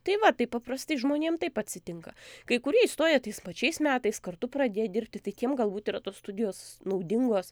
tai va tai paprastai žmonėm taip atsitinka kai kurie įstoja tais pačiais metais kartu pradėję dirbti tai tiem galbūt yra tos studijos naudingos